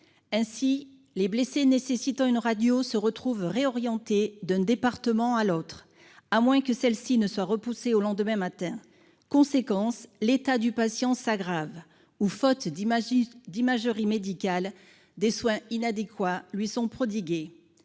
Ainsi les blessés nécessitant une radio se retrouvent réorienter d'un département à l'autre. À moins que celle-ci ne soit repoussée au lendemain matin. Conséquence, l'état du patient s'aggrave ou faute d'imaginer d'imagerie médicale des soins inadéquats lui sont prodigués